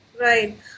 Right